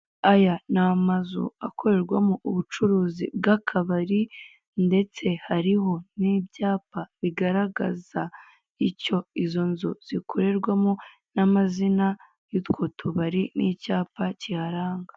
Aya ni amazu akorerwamo ubucuruzi bw'akabari, ndetse hariho n'ibyapa bigaragaza icyo izo nzu zikorerwamo, n'amazina y'utwo tubari n'icyapa kiharanga.